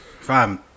Fam